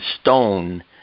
stone